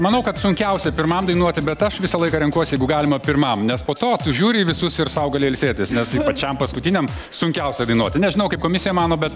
manau kad sunkiausia pirmam dainuoti bet aš visą laiką renkuosi jeigu galima pirmam nes po to tu žiūri į visus ir sau gali ilsėtis nes pačiam paskutiniam sunkiausia dainuoti nežinau kaip komisija mano bet